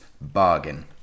bargain